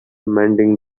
mending